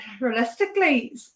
realistically